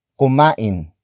kumain